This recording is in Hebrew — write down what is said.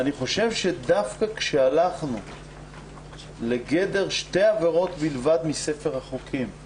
אני חושב שדווקא כשהלכנו לגדר שתי עבירות בלבד מספר החוקים,